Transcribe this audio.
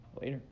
Later